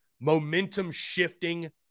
momentum-shifting